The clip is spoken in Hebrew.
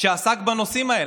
שעסק בנושאים האלה.